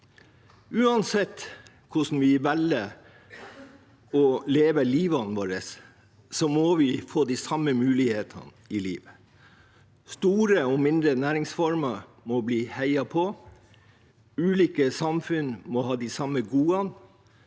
Uansett hvordan vi velger å leve livet vårt, må vi få de samme mulighetene i livet. Store og mindre næringsformer må bli heiet på. Ulike samfunn må ha de samme godene,